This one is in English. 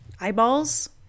eyeballs